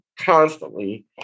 constantly